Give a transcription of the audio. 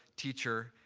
teacher,